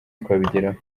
twabigeraho